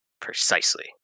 Precisely